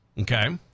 Okay